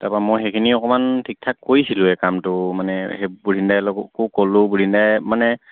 তাৰাপৰা মই সেইখিনি অকণমান ঠিক ঠাক কৰিছিলোঁএ এই কামটো মানে সেই বুধিন দাইকো ক'লোঁ বুধিন দায়ে মানে